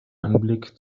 anblick